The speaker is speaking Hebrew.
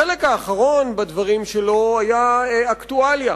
החלק האחרון בדברים שלו היה אקטואליה.